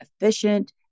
efficient